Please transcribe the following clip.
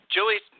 Julie